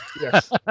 Yes